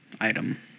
item